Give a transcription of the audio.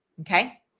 Okay